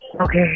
Okay